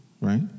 right